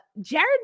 Jared